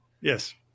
Yes